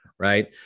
Right